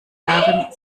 jahren